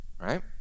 right